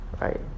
Right